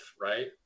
right